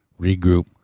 regroup